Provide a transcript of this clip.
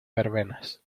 verbenas